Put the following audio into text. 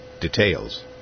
details